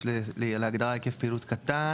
הגדרת היקף פעילות קטן,